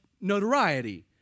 notoriety